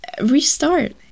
restart